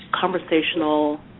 conversational